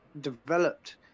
developed